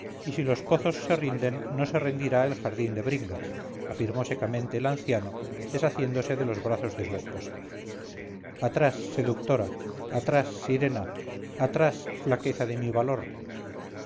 y si los pozos se rinden no se rendirá el jardín de bringas afirmó secamente el anciano deshaciéndose de los brazos de su esposa atrás seductora atrás sirena atrás flaqueza de mi valor